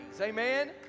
Amen